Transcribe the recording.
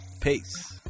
Peace